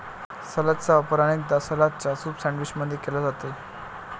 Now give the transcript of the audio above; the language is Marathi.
सलादचा वापर अनेकदा सलादच्या सूप सैंडविच मध्ये केला जाते